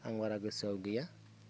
आं बारा गोसोआव गैया